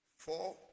Four